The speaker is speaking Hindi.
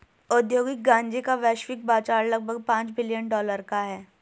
औद्योगिक गांजे का वैश्विक बाजार लगभग पांच बिलियन डॉलर का है